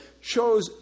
shows